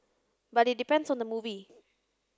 but it depends on the movie